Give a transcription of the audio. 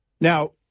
Now